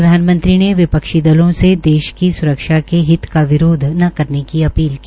प्रधानमंत्री ने विपक्षी दलों से देश की स्रक्षा के हित का विरोध न करने की अपील की